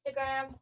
Instagram